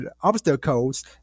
obstacles